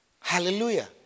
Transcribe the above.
Hallelujah